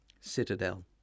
citadel